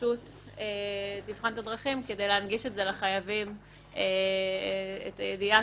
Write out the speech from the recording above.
הרשות תבחן את הדרכים להנגיש לחייבים את הידיעה,